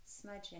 smudging